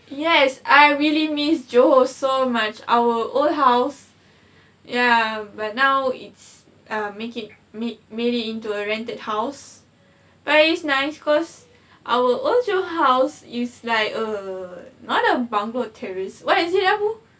yes I really miss johor so much our old house ya but now it's um make it we made it into a rented house but it's nice cause our old house is like a not a bungalow terrace what is it ah abu